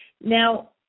now